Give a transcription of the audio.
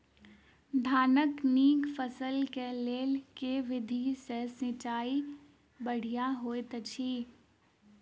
धानक नीक फसल केँ लेल केँ विधि सँ सिंचाई बढ़िया होइत अछि?